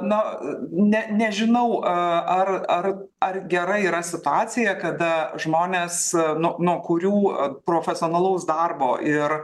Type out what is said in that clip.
na ne nežinau a ar ar ar gera yra situacija kada žmones nuo nuo kurių ar profesionalaus darbo ir